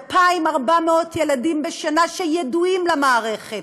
2,400 ילדים בשנה שידועים למערכת,